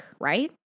Right